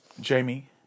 Jamie